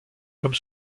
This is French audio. comme